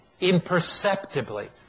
imperceptibly